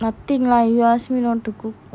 nothing lah you ask me not to cook